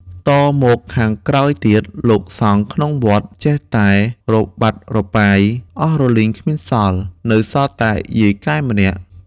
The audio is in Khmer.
តមកខាងក្រោយទៀត លោកសង្ឃក្នុងវត្តចេះតែរប៉ាត់រប៉ាយ អស់រលីងគ្មានសល់ នៅសល់តែយាយកែម្នាក់ ។